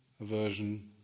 aversion